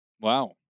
Wow